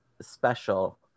special